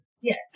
Yes